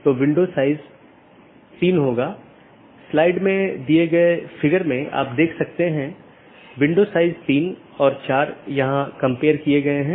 तो इसका मतलब है एक बार अधिसूचना भेजे जाने बाद डिवाइस के उस विशेष BGP सहकर्मी के लिए विशेष कनेक्शन बंद हो जाता है और संसाधन जो उसे आवंटित किये गए थे छोड़ दिए जाते हैं